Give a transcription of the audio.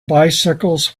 bicycles